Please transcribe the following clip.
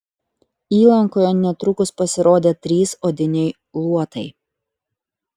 įlankoje netrukus pasirodė trys odiniai luotai